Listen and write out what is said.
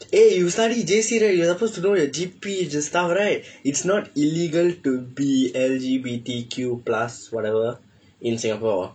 eh you study J_C right you are supposed to know your G_P stuff right it's not illegal to be L_G_B_T_Q plus whatever in singapore